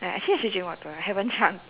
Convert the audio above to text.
I actually I should drink water I haven't drunk